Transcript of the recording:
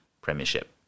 premiership